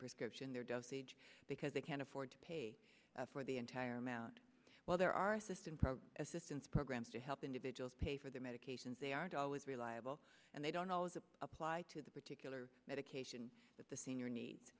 prescription there does age because they can't afford to pay for the entire amount well there are system for assistance programs to help individuals pay for their medications they aren't always reliable and they don't always apply to the particular medication that the senior needs